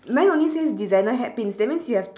mine only says designer hat pins that means you have